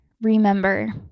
Remember